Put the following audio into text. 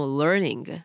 learning